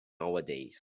nowadays